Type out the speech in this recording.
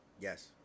Yes